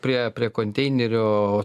prie prie konteinerio